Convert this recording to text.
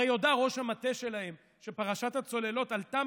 הרי הודה ראש המטה שלהם שפרשת הצוללות עלתה